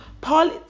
Paul